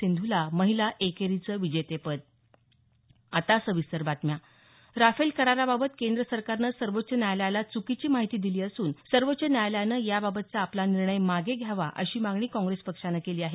सिंधूला महिला एकेरीचं विजेतेपद राफेल कराराबाबत केंद्र सरकारनं सर्वोच्च न्यायालयाला च्कीची माहिती दिली असून सर्वोच्च न्यायालयानं याबाबतचा आपला निर्णय मागे घ्यावा अशी मागणी काँग्रेस पक्षानं केली आहे